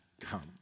come